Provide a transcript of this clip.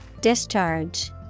Discharge